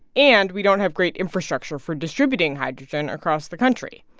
and we don't have great infrastructure for distributing hydrogen across the country.